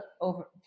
over